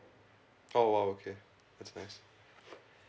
oh !wow! okay that's nice